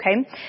Okay